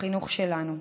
בחינוך שלנו.